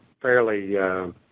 fairly